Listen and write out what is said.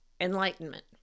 enlightenment